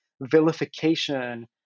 vilification